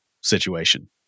situation